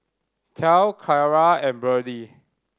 Tal Kyara and Berdie